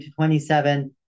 27